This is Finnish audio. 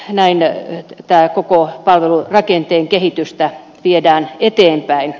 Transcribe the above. näin koko palvelurakenteen kehitystä viedään eteenpäin